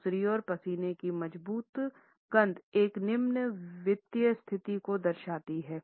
दूसरी ओर पसीने की मजबूत गंध एक निम्न वित्तीय स्थिति को दर्शाती है